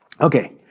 Okay